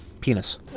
Penis